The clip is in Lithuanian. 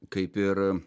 kaip ir